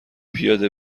پیاده